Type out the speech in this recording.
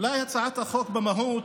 אולי הצעת החוק במהות